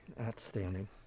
outstanding